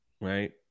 right